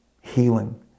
healing